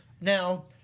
Now